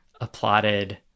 applauded